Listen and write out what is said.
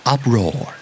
Uproar